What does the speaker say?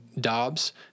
Dobbs